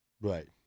Right